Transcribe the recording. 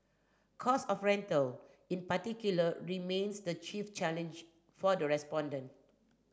cost of rental in particular remains the chief challenge for the respondent